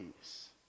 peace